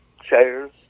chairs